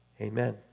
amen